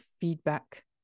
feedback